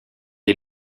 est